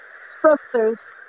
sisters